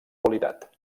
qualitat